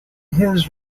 his